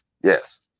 Yes